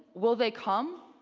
will they come?